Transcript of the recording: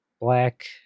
black